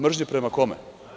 Mržnja prema kome?